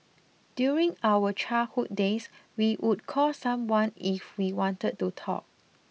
during our childhood days we would call someone if we wanted to talk